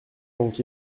donc